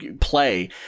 play